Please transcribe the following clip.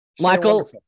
Michael